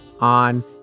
on